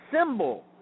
symbol